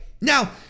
Now